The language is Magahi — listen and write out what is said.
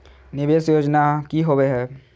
निवेस योजना की होवे है?